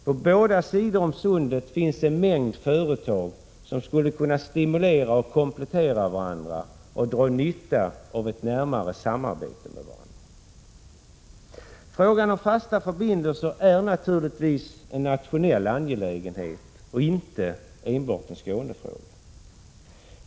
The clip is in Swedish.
På båda sidor av sundet finns en mängd företag som skulle kunna stimulera och komplettera varandra samt dra nytta av ett närmare samarbete med varandra. Frågan om fasta förbindelser är naturligtvis en nationell angelägenhet och inte enbart en Skånefråga.